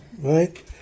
Right